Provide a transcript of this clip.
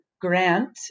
grant